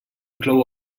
inclou